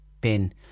bin